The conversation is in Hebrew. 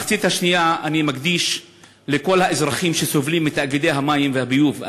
את המחצית השנייה אני מקדיש לכל האזרחים שסובלים מתאגידי המים והביוב.